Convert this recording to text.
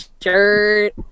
shirt